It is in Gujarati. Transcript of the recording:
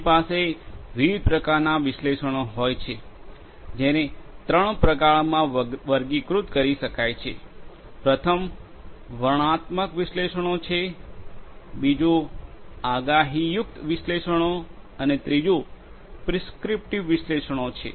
આપણી પાસે વિવિધ પ્રકારનાં વિશ્લેષણો હોય છે જેને ત્રણ પ્રકારમાં વર્ગીકૃત કરી શકાય છે પ્રથમ વર્ણનાત્મક વિશ્લેષણો છે બીજું આગાહીયુક્ત વિશ્લેષણો અને ત્રીજું પ્રિસ્ક્રિપ્ટિવ વિશ્લેષણો છે